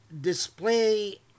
display